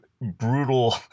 brutal